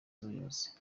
z’ubuyobozi